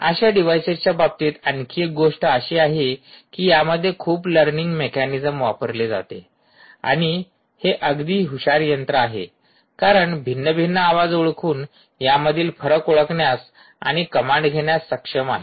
अशा डिव्हाइसेसच्या बाबतीत आणखी एक गोष्ट अशी आहे कि या मध्ये खूप लर्निंग मेकॅनीज्म वापरले जाते आणि हे अगदी हुशार यंत्र आहे कारण भिन्न भिन्न आवाज ओळखून यामधील फरक ओळखण्यास आणि कमांड घेण्यास सक्षम आहे